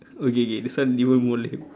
okay okay this one even more lame